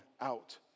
out